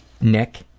Nick